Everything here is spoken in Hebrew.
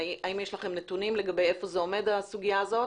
האם יש לכם נתונים היכן עומדת הסוגיה הזאת?